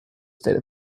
state